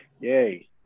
Yay